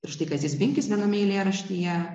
ir štai kazys binkis vienam eilėraštyje